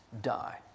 Die